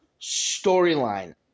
storyline